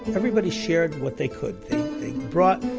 everybody shared what they could they brought,